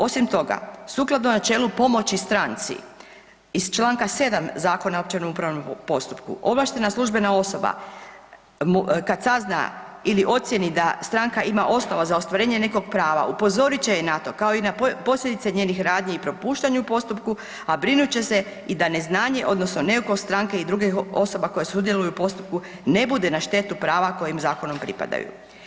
Osim toga, sukladno načelu pomoći stranci iz čl. 7. Zakona o općem upravom postupku, ovlaštena službena osoba kad sazna ili ocjeni da stranka ima osnova za ostvarenje nekog prava, upozorit će je na to kao i na posljedice njenih radnji i propuštanju u postupku a brinut će se i da neznanje odnosno neukost stranke i dr. osoba koja sudjeluju u postupku ne bude na štetu prava kojim zakonom pripadaju.